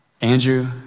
Andrew